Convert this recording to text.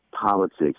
politics